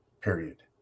period